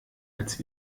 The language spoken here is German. als